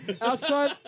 Outside